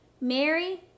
Mary